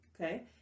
Okay